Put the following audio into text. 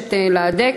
מבקשת להדק.